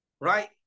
right